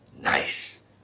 nice